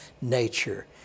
nature